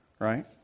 right